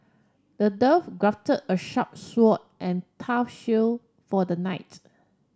the dwarf crafted a sharp sword and tough shield for the knights